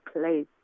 place